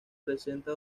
presenta